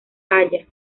haya